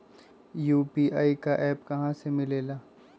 UPI का app कहा से मिलेला?